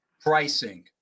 pricing